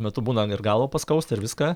metu būna ir galvą paskausta ir viską